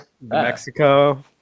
Mexico